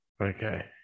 Okay